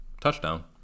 touchdown